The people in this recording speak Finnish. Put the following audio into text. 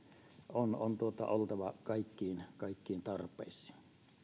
on on oltava kaikkiin kaikkiin tarpeisiin